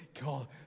God